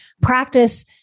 practice